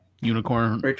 Unicorn